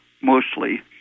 mostly